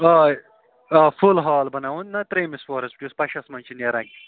آ آ فُل ہال بَناوُن نا ترٛیٚیمِس پۅہرَس یُس پَشَس منٛز چھِ نیران